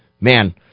man